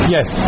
Yes